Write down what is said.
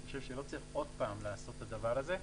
אני חושב שלא צריך שוב לעשות את הדבר הזה.